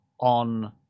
on